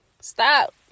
Stop